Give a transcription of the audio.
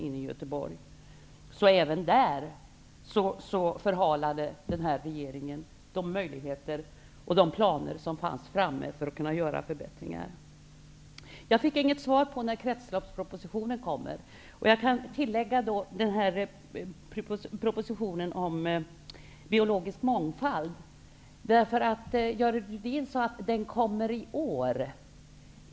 Även där har den nuvarande regeringen förhalat de möjligheter och planer som fanns för att genomföra förbättringar. Jag fick inget svar på när kretsloppspropositionen skall komma. Jag kan då lägga till propositionen om biologisk mångfald. Görel Thurdin sade att den kommer i år.